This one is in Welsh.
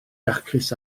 daclus